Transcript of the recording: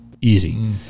easy